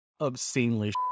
obscenely